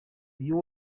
uyu